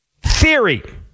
theory